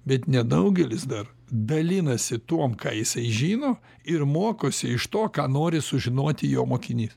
bet nedaugelis dar dalinasi tuom ką jisai žino ir mokosi iš to ką nori sužinoti jo mokinys